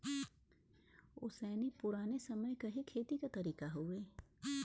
ओसैनी पुराने समय क ही खेती क तरीका हउवे